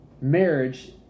marriage